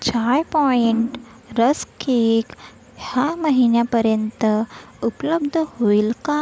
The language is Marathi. चाय पॉइंट रस्क केक ह्या महिन्यापर्यंत उपलब्ध होईल का